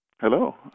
Hello